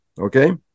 okay